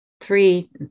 three